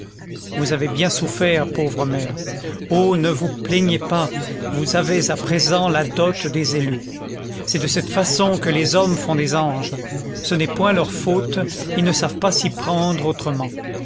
vous avez bien souffert pauvre mère oh ne vous plaignez pas vous avez à présent la dot des élus c'est de cette façon que les hommes font des anges ce n'est point leur faute ils ne savent pas s'y prendre autrement